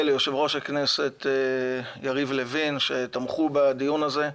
וליושב-ראש הכנסת יריב לוין, שתמכו בדיון הזה.